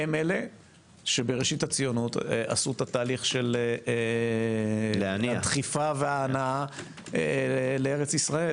אלה הן שבראשית הציונות עשו את התהליך של דחיפה והנעה לארץ ישראל,